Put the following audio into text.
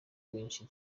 benshi